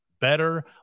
better